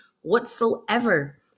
whatsoever